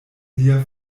lia